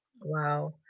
wow